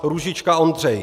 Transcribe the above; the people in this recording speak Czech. Růžička Ondřej